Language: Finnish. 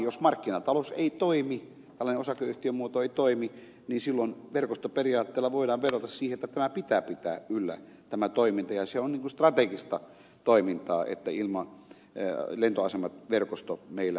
jos markkinatalous ei toimi ja tällainen osakeyhtiömuoto ei toimi niin silloin verkostoperiaatteella voidaan vedota siihen että tätä toimintaa täytyy pitää yllä ja se on niin kuin strategista toimintaa jolla lentoasemaverkosto meillä säilyy